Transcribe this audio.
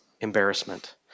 embarrassment